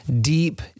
deep